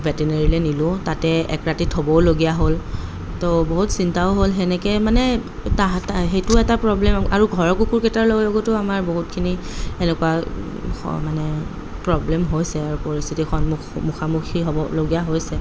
ভেটেনেৰীলৈ নিলো তাতে এক ৰাতি থ'বলগীয়া হ'ল তো বহুত চিন্তাও হ'ল সেনেকৈ মানে তাহাঁত সেইটো এটা প্ৰব্লেম আৰু ঘৰৰ কুকুৰকেইটাৰ লগতো আমাৰ বহুতখিনি সেনেকুৱা মানে প্ৰব্লেম হৈছে আৰু পৰিস্থিতিৰ সন্মুখ মুখামুখি হ'বলগীয়া হৈছে